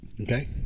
Okay